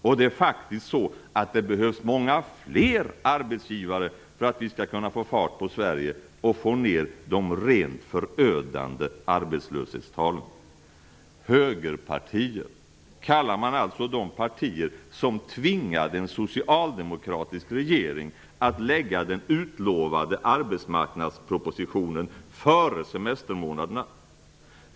Och det är faktiskt så att det behövs många fler arbetsgivare för att vi skall kunna få fart på Sverige och få ned de rent förödande arbetslöshetstalen. Högerpartier kallar man alltså de partier som tvingade en socialdemokratisk regering att lägga fram den utlovade arbetsmarknadspropositionen före semestermånaderna.